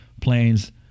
planes